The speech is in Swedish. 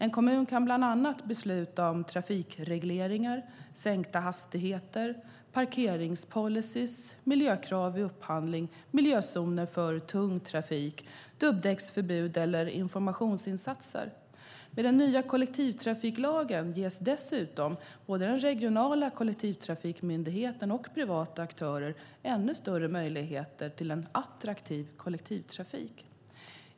En kommun kan bland annat besluta om trafikregleringar, sänkta hastigheter, parkeringspolicyer, miljökrav vid upphandling, miljözoner för tung trafik, dubbdäcksförbud eller informationsinsatser. Med den nya kollektivtrafiklagen ges dessutom både den regionala kollektivtrafikmyndigheten och privata aktörer ännu större möjligheter till en attraktiv kollektivtrafik.